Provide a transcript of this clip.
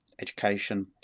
education